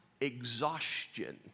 exhaustion